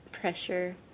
pressure